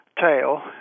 tail